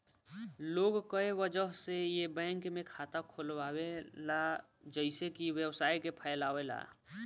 लोग कए वजह से ए बैंक में खाता खोलावेला जइसे कि व्यवसाय के फैलावे ला